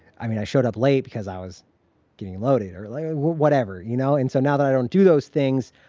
i mean, i showed up late because i was getting loaded earlier, whatever, you know? and so now that i don't do those things,